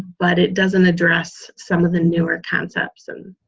but it doesn't address some of the newer concepts and